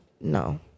No